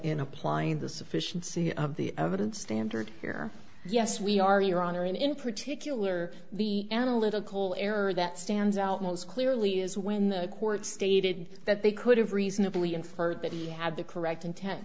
in applying the sufficiency of the evidence standard here yes we are your honor and in particular the analytical error that stands out most clearly is when the court stated that they could have reasonably inferred that he had the correct intent